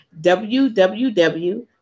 www